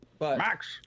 Max